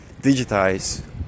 digitize